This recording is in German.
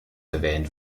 erwähnt